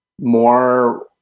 more